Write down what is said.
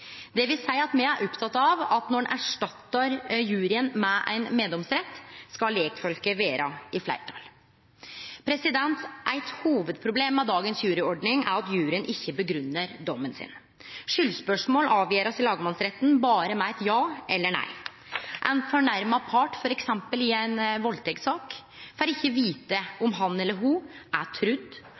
at me er opptekne av at når ein erstattar juryen med ein meddomsrett, skal lekfolket vere i fleirtal. Eit hovudproblem med dagens juryordning er at juryen ikkje grunngjev dommen sin. Skuldspørsmåla blir avgjorde i lagmannsretten berre med eit «ja» eller eit «nei». Ein fornærma part, f.eks. i ei valdtektssak, får ikkje vite om han eller ho er trudd,